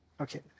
Okay